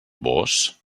vós